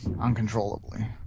uncontrollably